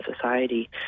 society